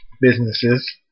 businesses